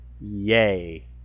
Yay